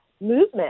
movement